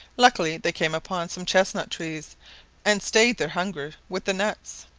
luckily they came upon some chestnut-trees and stayed their hunger with the nuts.